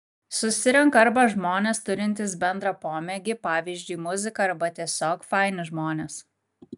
susirenka arba žmonės turintys bendrą pomėgį pavyzdžiui muziką arba tiesiog faini žmonės